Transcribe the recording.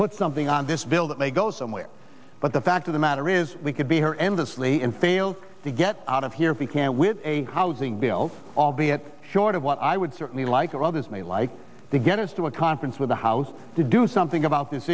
put something on this bill that may go somewhere but the fact of the matter is we could be horrendously in fails to get out of here if we can't with a housing bills albeit short of what i would certainly like or others may like to get us to a conference with the house to do something about this